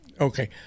okay